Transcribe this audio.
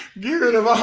get rid of